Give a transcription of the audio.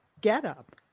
get-up